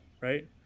right